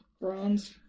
Bronze